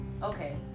Okay